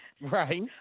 Right